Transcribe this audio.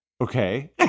Okay